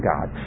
God